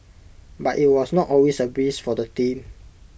but IT was not always A breeze for the team